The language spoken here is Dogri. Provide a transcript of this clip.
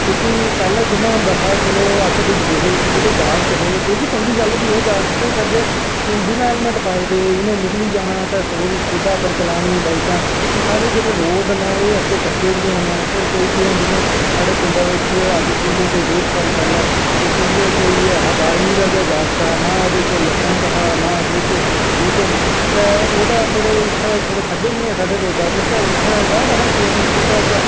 पैह्लें जियां अस दिक्खदे हे जो कि जागत हे जो कि चंगी गल्ल बी ऐ जागत केहे करदे बिना हैलमट दे इनै निकली जाना ते सौ दी सवीटै पर चलानियां बाईकां हून जेह्ड़े साढ़े रोड़ नै एह् अद्दे कन्ने ही हैन नै जियां साढ़े पिंडै बिच्च अज्ज कोलूं दा डेड़ साल पैह्लैं इयै कोई बाह्रमीं दा जागत हा नां ओह्दे कोल लाईसैंस ठीक ऐ जी ते इत्थें साढ़े तोह्ड़े खड्डे बी हैन साढ़े रोड़ा पर ते उत्थें जा दा हा सौ दी स्पीड़ पर